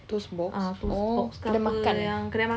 toast box oh kedai makan eh